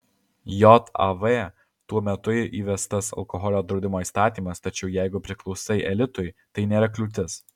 jav tuo metu įvestas alkoholio draudimo įstatymas tačiau jeigu priklausai elitui tai nėra kliūtis